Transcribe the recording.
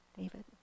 David